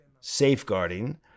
safeguarding